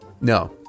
No